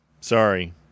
sorry